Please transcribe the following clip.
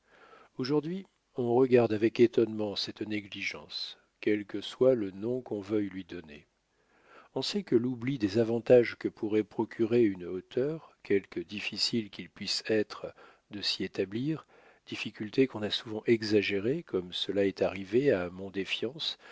aujourd'hui on regarde avec étonnement cette négligence quel que soit le nom qu'on veuille lui donner on sait que l'oubli des avantages que pourrait procurer une hauteur quelque difficile qu'il puisse être de s'y établir difficulté qu'on a souvent exagérée comme cela est arrivé à mont défiance